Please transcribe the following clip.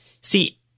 see